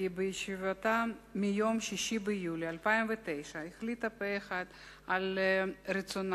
כי בישיבתה ביום 6 ביולי 2009 החליטה פה אחד על רצונה